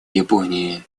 японии